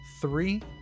three